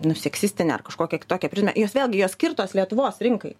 nu seksistinę ar kažkokią kitokią prizmę jos vėlgi jos skirtos lietuvos rinkai